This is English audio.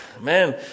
Man